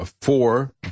four